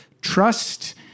trust